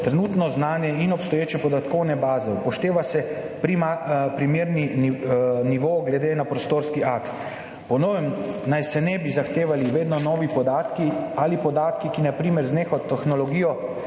trenutno znanje in obstoječe podatkovne baze. Upošteva se primerni nivo glede na prostorski akt. Po novem naj se ne bi zahtevali vedno novi podatki ali podatki, ki na primer z neko tehnologijo